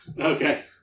Okay